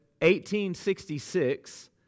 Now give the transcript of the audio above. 1866